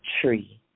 Tree